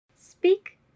Speak